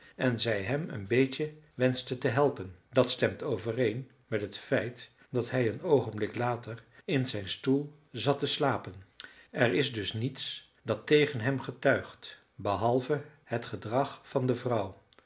en zij hem een beetje wenschte te helpen dat stemt overeen met het feit dat hij een oogenblik later in zijn stoel zat te slapen er is dus niets dat tegen hem getuigt behalve het gedrag van de vrouw